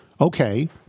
okay